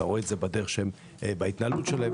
ואתה רואה את זה בהתנהלות שלהם,